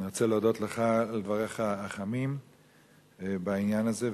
אני רוצה להודות לך על דבריך החמים בעניין הזה,